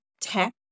tech